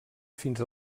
fins